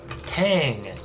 Tang